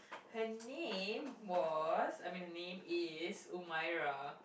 her name was I mean her name is Umirah